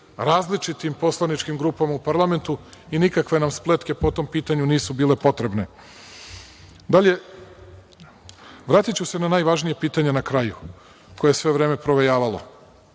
različitim poslaničkim grupama u parlamentu i nikakve nam spletke po tom pitanju nisu bile potrebne. Vratiću se na najvažnije pitanje na kraju, koje je sve vreme provejavalo.